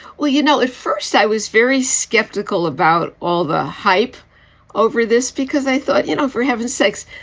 well, you know, at first i was very skeptical about all the hype over this because i thought, you know, for heaven's sakes,